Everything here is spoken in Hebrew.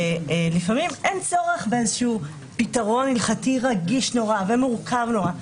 לפעמים אין צורך באיזשהו פתרון הלכתי רגיש נורא ומורכב נורא,